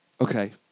Okay